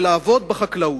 ולעבוד בחקלאות.